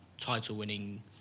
title-winning